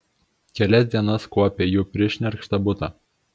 kelias dienas kuopė jų prišnerkštą butą